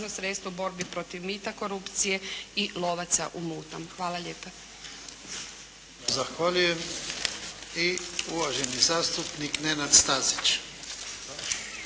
sredstvo borbi protiv mita, korupcije i lovaca u mutnom.“ Hvala lijepa.